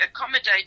accommodate